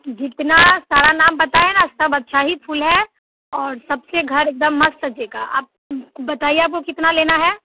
जितना सारा नाम बताया है ना सब अच्छा ही फूल है और सबसे घर एकदम मस्त सजेगा आप बताइए आपको कितना लेना है